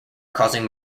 causing